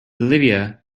olivia